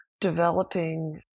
developing